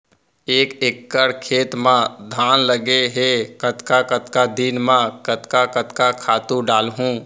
एक एकड़ खेत म धान लगे हे कतका कतका दिन म कतका कतका खातू डालहुँ?